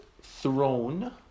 throne